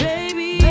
Baby